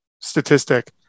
statistic